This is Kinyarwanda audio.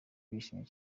bishimye